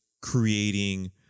creating